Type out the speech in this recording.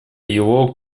его